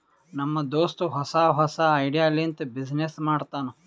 ನಮ್ ದೋಸ್ತ ಹೊಸಾ ಹೊಸಾ ಐಡಿಯಾ ಲಿಂತ ಬಿಸಿನ್ನೆಸ್ ಮಾಡ್ತಾನ್